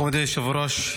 כבוד היושב-ראש,